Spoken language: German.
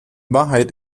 wahrheit